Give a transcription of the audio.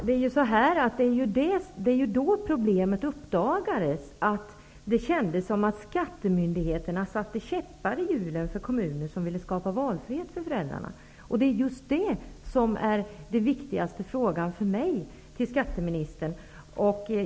Fru talman! Det var så problemet uppdagades. Man kände det som att skattemyndigheterna satte käppar i hjulen för kommuner som ville skapa valfrihet för föräldrarna. Det är för mig den viktigaste frågan till skatteministern.